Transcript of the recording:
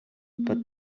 but